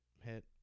hit